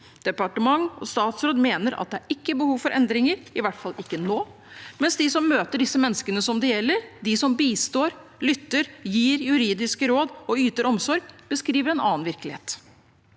Departement og statsråd mener at det ikke er behov for endringer, i hvert fall ikke nå, mens de som møter disse menneskene som det gjelder – de som bistår, lytter, gir juridiske råd og yter omsorg – beskriver en annen virkelighet.